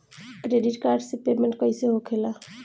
Credit card से payment कईसे होखेला?